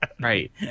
Right